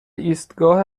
ایستگاه